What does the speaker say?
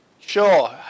Sure